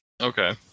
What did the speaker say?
Okay